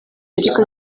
ariko